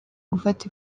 gufata